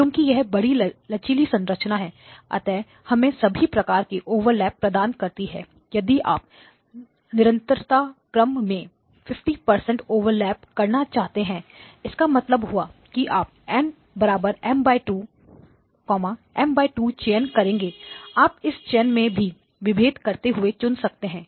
क्योंकि यह बड़ी लचीली संरचना है अतः हमें सभी प्रकार के ओवरलैप प्रदान करती है यदि आप निरंतरता क्रम में 50 ओवरलैप करना चाहते हैं इसका मतलब हुआ कि आप N M2 M2 चयन करेंगे आप इस चयन में भी विभेद करते हुए चुन सकते हैं